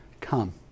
come